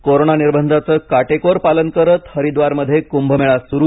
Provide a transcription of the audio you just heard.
corona निर्बंधाचं काटेकोर पालन करत हरिद्वार मध्ये कुंभमेळा सुरू